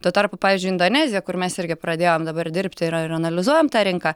tuo tarpu pavyzdžiui indonezija kur mes irgi pradėjom dabar dirbti ir ir analizuojam tą rinką